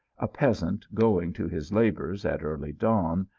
a peasant going to his labours at early dawn,